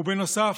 ובנוסף,